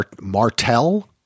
Martell